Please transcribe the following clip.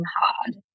hard